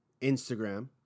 Instagram